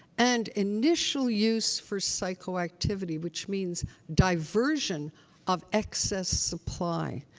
and, initial use for psychoactivity, which means diversion of excess supply.